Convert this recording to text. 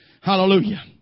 Hallelujah